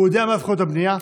הוא יודע מה זכויות הבנייה,